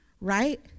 right